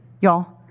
y'all